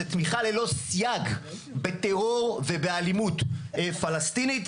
תמיכה ללא סייג בטרור ובאלימות פלסטינית,